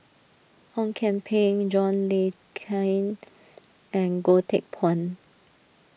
Ong Kian Peng John Le Cain and Goh Teck Phuan